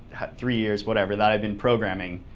three years, whatever, that i've been programming,